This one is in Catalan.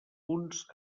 punts